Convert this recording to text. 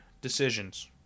decisions